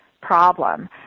problem